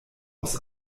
aus